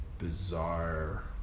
bizarre